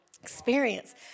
experience